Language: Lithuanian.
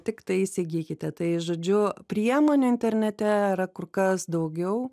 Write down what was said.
tiktai įsigykite tai žodžiu priemonių internete yra kur kas daugiau